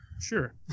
sure